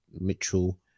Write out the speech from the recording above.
Mitchell